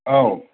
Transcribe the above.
औ